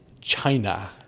China